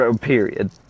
Period